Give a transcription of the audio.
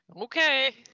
Okay